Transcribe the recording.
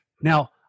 Now